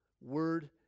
word